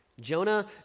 Jonah